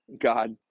God